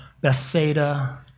Bethsaida